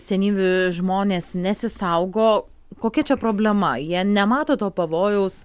senyvi žmonės nesisaugo kokia čia problema jie nemato to pavojaus